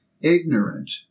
ignorant